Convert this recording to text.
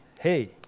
hey